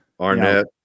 Arnett